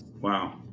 Wow